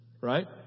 Right